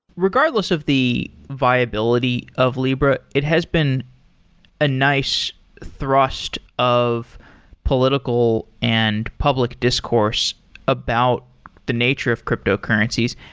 regardless of the viability of libra, it has been a nice thrust of political and public discourse about the nature of crypto currencies.